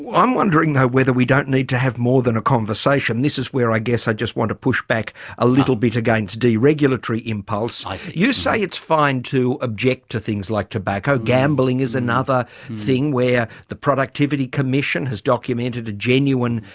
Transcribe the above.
i'm wondering though whether we don't need to have more than a conversation. this is where i guess i just want to push back a little bit against de-regulatory impulse. i see. you say it's fine to object to things like tobacco. gambling is another thing where the productivity commission has documented a genuine,